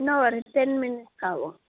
என்ன ஒரு ten minutes ஆகும்